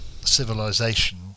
civilization